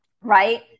right